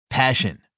Passion